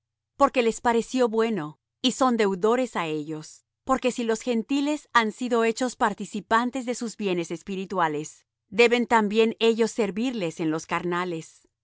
jerusalem porque les pareció bueno y son deudores á ellos porque si los gentiles han sido hechos participantes de sus bienes espirituales deben también ellos servirles en los carnales